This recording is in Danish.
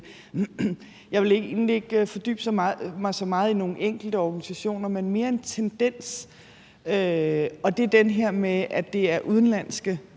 Jeg vil egentlig ikke fordybe mig så meget i nogle enkelte organisationer, men mere i den tendens, og det er den her med, at det er udenlandske